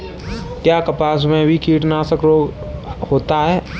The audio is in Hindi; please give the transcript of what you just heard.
क्या कपास में भी कीटनाशक रोग होता है?